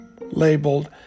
labeled